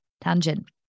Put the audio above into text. tangent